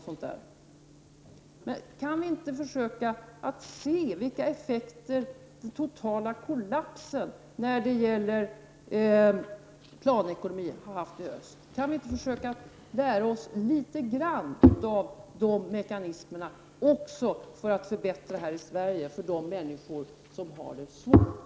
Men kan vi inte försöka se vilka effekter planekonomins totala kollaps i öst har haft? Kan vi inte försöka lära oss litet grand av mekanismerna för att förbättra här i Sverige för de människor som har det svårt?